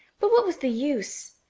but what was the use?